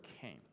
came